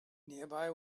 nearby